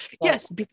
Yes